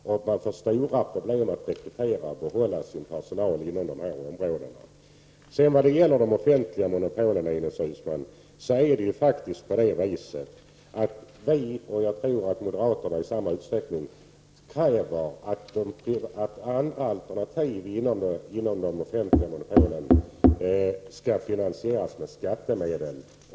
Man får därför stora problem att rekrytera och behålla sin personal inom dessa områden. Uusmann, kräver vi, och även moderaterna i samma utsträckning, tror jag, att andra alternativ inom de offentliga monopolen skall finansieras med skattemedel.